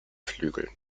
flügeln